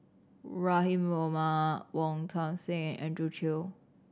Rahim Omar Wong Tuang Seng and Andrew Chew